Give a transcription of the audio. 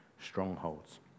strongholds